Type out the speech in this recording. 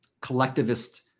collectivist